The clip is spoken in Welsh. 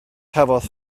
cafodd